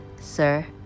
Sir